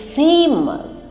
famous